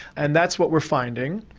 and that's what we're finding.